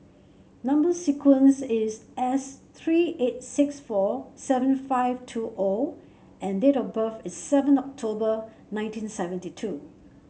number sequence is S three eight six four seven five two O and date of birth is seven October nineteen seventy two